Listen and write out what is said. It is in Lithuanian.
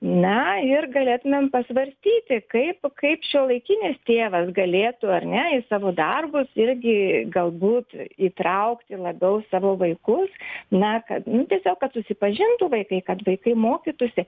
na ir galėtumėm pasvarstyti kaip kaip šiuolaikinis tėvas galėtų ar ne į savo darbus irgi galbūt įtraukti labiau savo vaikus na kad nu tiesiog kad susipažintų vaikai kad vaikai mokytųsi